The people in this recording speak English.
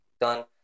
Done